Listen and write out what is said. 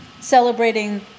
celebrating